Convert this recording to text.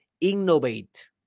innovate